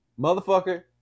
Motherfucker